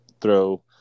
throw –